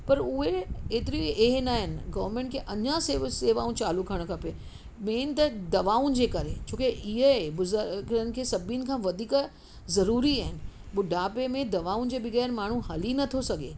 पर उहे एतिरी ऐं नाहिनि गर्वमेंट खे अञा सेवा सेवाऊं चालू करणु खपे मेन त दवाउनि जे करे छो के इहे बुज़ुर्गनि खे सभिनि खां वधीक ज़रूरी आहिनि ॿुढापे में माण्हू दवाउनि जे बग़ैर माण्हू हली नथो सघे